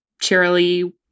Cheerily